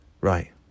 Right